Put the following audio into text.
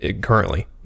currently